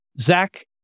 Zach